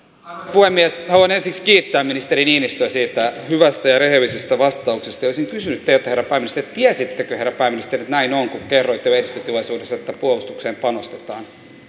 puhemies haluan ensiksi kiittää ministeri niinistöä hyvästä ja rehellisestä vastauksesta ja olisin kysynyt teiltä herra pääministeri tiesittekö herra pääministeri että näin on kun kerroitte lehdistötilaisuudessa että puolustukseen panostetaan